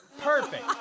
Perfect